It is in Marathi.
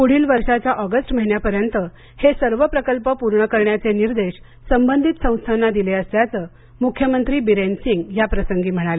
प्ढील वर्षाच्या ऑगस्ट महिन्यापर्यंत हे सर्व प्रकल्प पूर्ण करण्याचे निर्देश संबंधित संस्थांना दिले असल्याचं मुख्यमंत्री बिरेन सिंघ या प्रसंगी म्हणाले